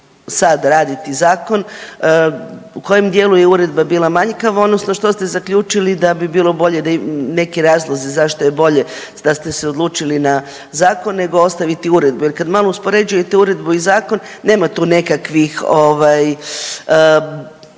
sad raditi zakon, u kojem dijelu je uredba bila manjkava odnosno što ste zaključili da bi bilo bolje, neki razlozi zašto je bolje da ste se odlučili na zakon nego ostaviti uredbu jer kad malo uspoređujete uredbu i zakon nema tu nekakvih